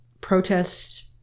protest